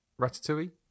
Ratatouille